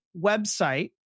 website